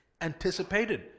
anticipated